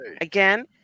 again